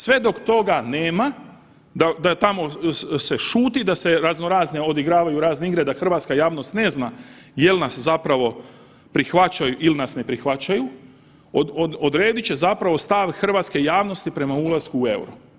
Sve dok toga nema, da tamo se šuti, da se razno razne odigravaju razne igre da hrvatska javnost ne zna jel nas zapravo prihvaćaju il nas ne prihvaćaju, odredit će zapravo stav hrvatske javnosti prema ulasku u EUR-o.